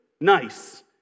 nice